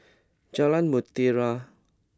Jalan Mutiara